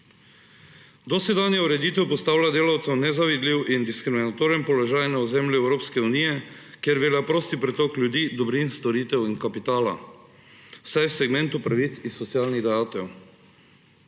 Dosedanja ureditev postavlja delavca v nezavidljiv in diskriminatoren položaj na ozemlju Evropske unije, kjer velja prost pretok ljudi, dobrin, storitev in kapitala, vsaj v segmentu pravic iz socialnih dajatev.